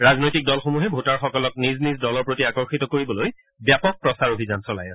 ৰাজনৈতিক দলসমূহে ভোটাৰসকলক নিজ নিজ দলৰ প্ৰতি আকৰ্ষিত কৰিবলৈ ব্যাপক প্ৰচাৰ অভিযান চলাই আছে